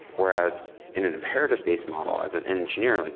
whereas in an imperative-based model, as an engineer, like